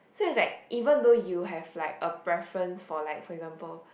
so is like even though you have like a preference for like for example